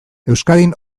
euskadin